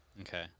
Okay